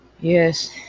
Yes